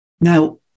Now